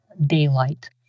daylight